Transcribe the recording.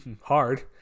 hard